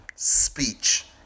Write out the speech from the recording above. speech